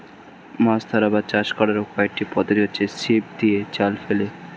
মাছ ধরা বা চাষ করার কয়েকটি পদ্ধতি হচ্ছে ছিপ দিয়ে, জাল ফেলে